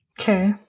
Okay